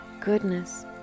goodness